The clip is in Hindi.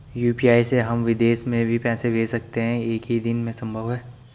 यु.पी.आई से हम विदेश में भी पैसे भेज सकते हैं एक ही दिन में संभव है?